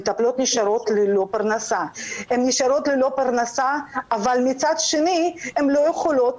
המטפלות נשארות ללא פרנסה ומצד שני הן לא יכולות